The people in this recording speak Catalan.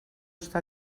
està